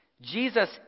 Jesus